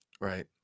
Right